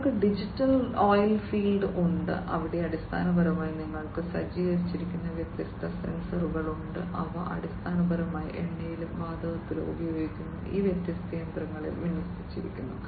അവർക്ക് digital oilfield ഉണ്ട് അവിടെ അടിസ്ഥാനപരമായി നിങ്ങൾക്ക് സജ്ജീകരിച്ചിരിക്കുന്ന വ്യത്യസ്ത സെൻസറുകൾ ഉണ്ട് അവ അടിസ്ഥാനപരമായി എണ്ണയിലും വാതകത്തിലും ഉപയോഗിക്കുന്ന ഈ വ്യത്യസ്ത യന്ത്രങ്ങളിൽ വിന്യസിച്ചിരിക്കുന്നു